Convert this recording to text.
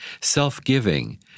self-giving